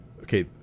Okay